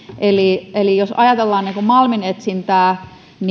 eli eli jos ajatellaan malminetsintää